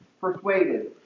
persuaded